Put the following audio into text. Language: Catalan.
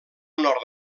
nord